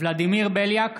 ולדימיר בליאק,